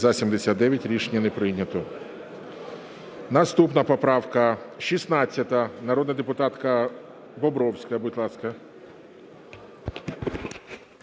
За-79 Рішення не прийнято. Наступна поправка 16. Народна депутатка Бобровська, будь ласка.